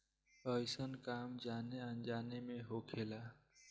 अइसन काम जाने अनजाने मे होखेला